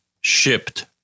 shipped